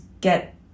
get